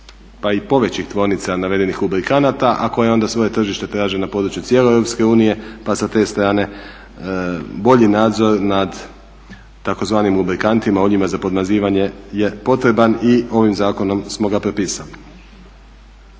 pa i povećih tvornica navedenih lubrikanata a koje onda svoje tržište traže na području cijele Europske unije pa sa te strane bolji nadzor nad tzv. lubrikantima, uljima za podmazivanje je potreban i ovim zakonom smo ga propisali.